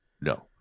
No